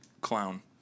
clown